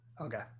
okay